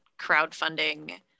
crowdfunding